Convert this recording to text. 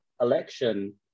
election